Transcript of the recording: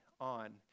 on